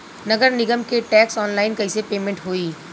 नगर निगम के टैक्स ऑनलाइन कईसे पेमेंट होई?